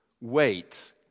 wait